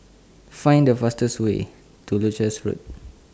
Find The fastest Way to Leuchars Road